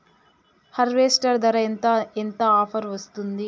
Harvester ధర ఎంత ఎంత ఆఫర్ వస్తుంది?